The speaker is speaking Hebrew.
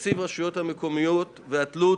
בנושא: תקציב הרשויות המקומיות והתלות